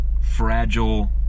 fragile